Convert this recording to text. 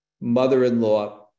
mother-in-law